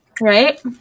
Right